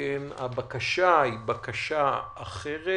שכן הבקשה היא בקשה אחרת,